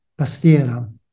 pastiera